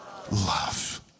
Love